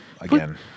again